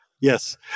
yes